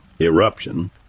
eruption